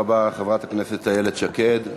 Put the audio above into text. תודה רבה, חברת הכנסת איילת שקד.